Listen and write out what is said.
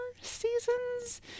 seasons